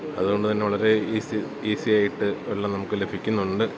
അതുകൊണ്ട് തന്നെ വളരെ ഈസി ഈസിയായിട്ട് വെള്ളം നമുക്ക് ലഭിക്കുന്നുണ്ട്